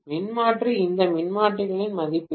மின்மாற்றி இந்த மின்மாற்றிகளின் மதிப்பீடுகள்